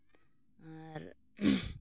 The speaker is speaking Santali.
ᱟᱨ